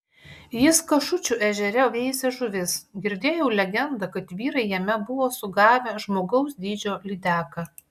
jis kašučių ežere veisė žuvis girdėjau legendą kad vyrai jame buvo sugavę žmogaus dydžio lydeką